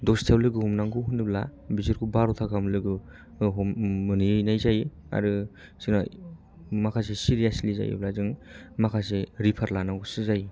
दसथायाव लोगो हमनांगौ होनोब्ला बिसोरखौ बार'था गाहाम लोगो मोनहैनाय जायो आरो सोरबा माखासे सिरियास्लि जायोब्ला जों माखासे रिफार लानांगौसो जायो